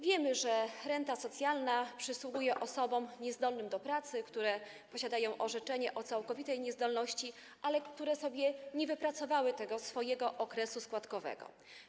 Wiemy, że renta socjalna przysługuje osobom niezdolnym do pracy, które posiadają orzeczenie o całkowitej niezdolności, ale które nie wypracowały okresu składkowego.